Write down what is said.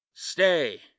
Stay